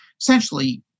Essentially